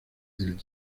del